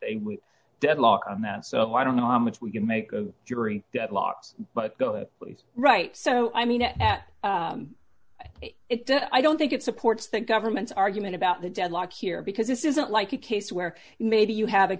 that so i don't know how much we can make a jury deadlocks but go ahead please right so i mean at it's the i don't think it supports the government's argument about the deadlock here because this isn't like a case where maybe you have a